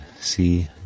see